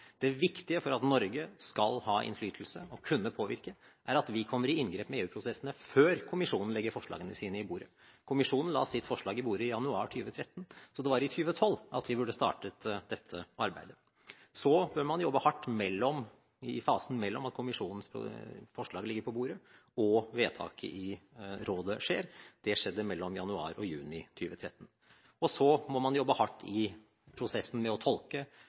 Det viktige for at Norge skal ha innflytelse og kunne påvirke, er at vi kommer i inngrep med EU-prosessene før kommisjonen legger forslagene sine på bordet. Kommisjonen la sitt forslag på bordet i januar 2013, så det var i 2012 vi burde startet dette arbeidet. Så bør man jobbe hardt i fasen mellom at kommisjonens forslag ligger på bordet og vedtaket i Rådet skjer, og det skjedde mellom januar og juni i 2013. Så må man jobbe hardt i prosessen med å tolke